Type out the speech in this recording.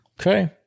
Okay